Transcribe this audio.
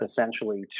essentially